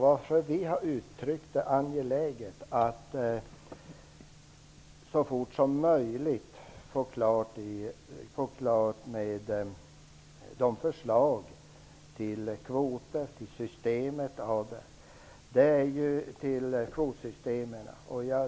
Vi tycker att det är angeläget att man så snart som möjligt får ett förslag till ett kvotsystem.